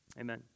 Amen